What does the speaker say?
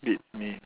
beats me